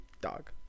dog